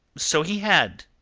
so he had.